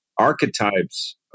Archetypes